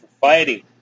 fighting